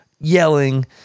yelling